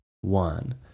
one